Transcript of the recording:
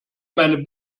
meine